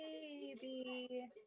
baby